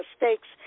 mistakes